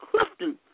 Clifton